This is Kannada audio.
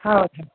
ಹೌದು